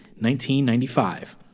1995